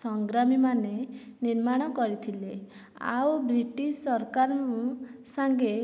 ସଂଗ୍ରାମୀମାନେ ନିର୍ମାଣ କରିଥିଲେ ଆଉ ବ୍ରିଟିଶ ସରକାର ସାଙ୍ଗେ